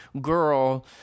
girl